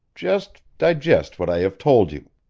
just digest what i have told you.